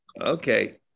Okay